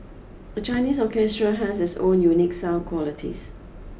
a Chinese orchestra has its own unique sound qualities